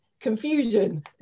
confusion